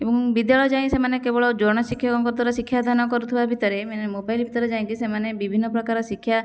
ଏବଂ ବିଦ୍ୟାଳୟ ଯାଇ ସେମାନେ କେବଳ ଜଣେ ଶିକ୍ଷକଙ୍କ ଦ୍ଵାରା ଶିକ୍ଷାଦାନ କରୁଥିବା ଭିତରେ ମାନେ ମୋବାଇଲ୍ ଭିତରେ ଯାଇକି ସେମାନେ ବିଭିନ୍ନପ୍ରକାର ଶିକ୍ଷା